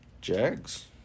Jags